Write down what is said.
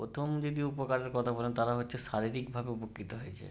প্রথম যদি উপকারের কথা বলেন তাহলে হচ্ছে শারীরিকভাবে উপকৃত হয়েছে